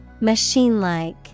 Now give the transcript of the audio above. Machine-like